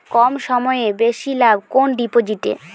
কম সময়ে বেশি লাভ কোন ডিপোজিটে?